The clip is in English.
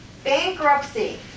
Bankruptcy